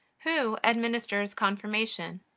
who administers confirmation?